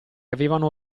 avevano